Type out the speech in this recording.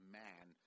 man